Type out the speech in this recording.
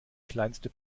kleinste